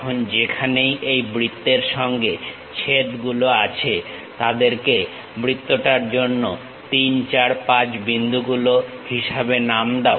এখন যেখানেই এই বৃত্তের সঙ্গে ছেদগুলো আছে তাদেরকে বৃত্তটার জন্য 3 4 5 বিন্দুগুলো হিসাবে নাম দাও